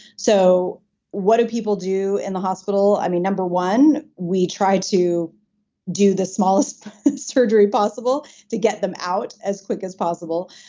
so what do people do in the hospital? i mean, number one, we try to do the smallest surgery possible to get them out as soon as possible.